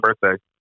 birthday